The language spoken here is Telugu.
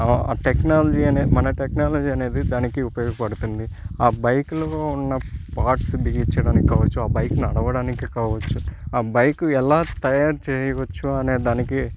ఆ టెక్నాలజీ అనే మన టెక్నాలజీ అనేది దానికి ఉపయోగపడుతుంది ఆ బైక్లో ఉన్న పార్ట్స్ బిగించడానికి కావచ్చు ఆ బైక్ నడవడానికి కావచ్చు ఆ బైక్ ఎలా తయారు చేయవచ్చు అనే దానికి